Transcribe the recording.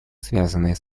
связанным